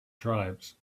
tribes